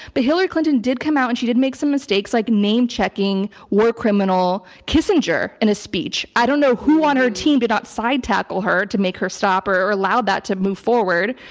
but hillary clinton did come out and she did make some mistakes like name checking war criminal kissinger in a speech. i don't know who on her team did not side tackle her to make her stop or or allow that to move forward.